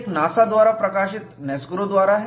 एक नासा द्वारा प्रकाशित NASGRO द्वारा है